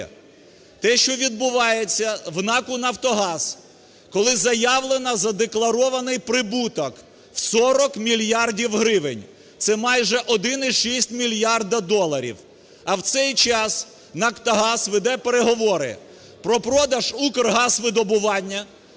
те, що відбувається в НАКу "Нафтогаз", коли заявлено задекларований прибуток в 40 мільярдів гривень, це майже 1,6 мільярда доларів. А в цей час "Нафтогаз" веде переговори про продаж "Укргазвидобування",